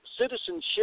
citizenship